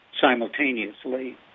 simultaneously